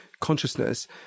consciousness